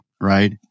right